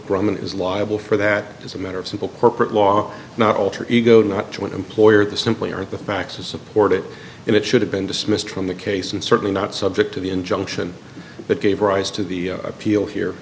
is liable for that as a matter of simple corporate law not alter ego not to an employer the simply aren't the facts to support it and it should have been dismissed from the case and certainly not subject to the injunction that gave rise to the appeal here